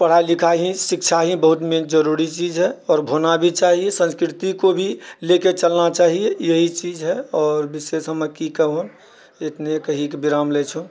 पढ़ाइ लिखाइ ही शिक्षा ही बहुत मेन जरुरी चीज है आओर होना भी चाहिए संस्कृति को भी लेके चलना चाहिए यही चीज है विशेष हम की कहू एतने कही कऽ विराम लै छो